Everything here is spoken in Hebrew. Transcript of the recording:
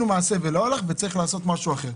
לא הולכים להגיד לזוגות צעירים: